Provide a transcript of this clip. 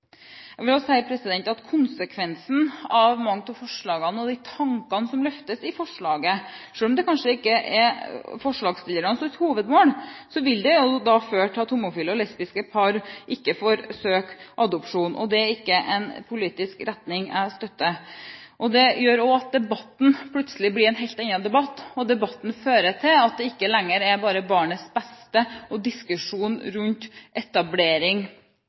vil jeg også si at konsekvensen av mange av forslagene og de tankene som løftes i forslaget, jo vil føre til at homofile og lesbiske par ikke får søke om adopsjon, og det er ikke en politisk retning som jeg støtter. Det gjør også at debatten plutselig blir en helt annen. Det blir ikke lenger en diskusjon om barnets beste og